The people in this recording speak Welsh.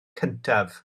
cyntaf